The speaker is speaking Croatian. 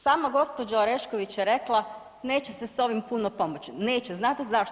Sama gospođa Orešković je rekla neće se s ovim puno pomoći, neće, znate zašto?